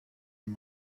een